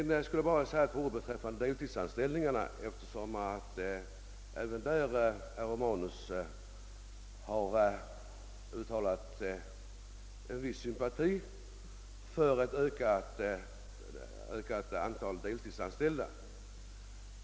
Jag vill säga några ord beträffande deltidsanställningarna, eftersom herr Romanus har uttalat en viss sympati för ett ökat antal deltidsanställda.